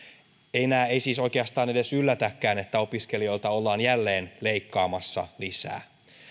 enää ei siis oikeastaan edes yllätäkään että opiskelijoilta ollaan jälleen leikkaamassa lisää